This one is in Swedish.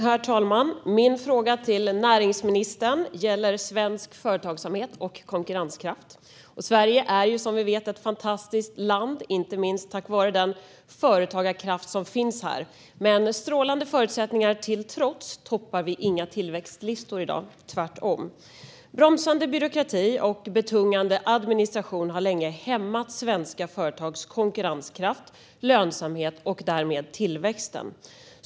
Herr talman! Min fråga till näringsministern gäller svensk företagsamhet och konkurrenskraft. Sverige är som vi vet ett fantastiskt land, inte minst tack vare den företagarkraft som finns här. Men strålande förutsättningar till trots toppar vi inga tillväxtlistor i dag, tvärtom. Bromsande byråkrati och betungande administration har länge hämmat svenska företags konkurrenskraft och lönsamhet och därmed tillväxt.